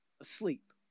Asleep